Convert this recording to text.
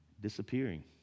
disappearing